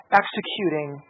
executing